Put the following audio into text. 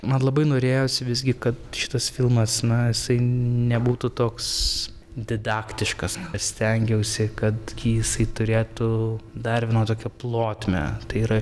man labai norėjosi visgi kad šitas filmas na jisai nebūtų toks didaktiškas stengiausi kad jisai turėtų dar vieną tokią plotmę tai yra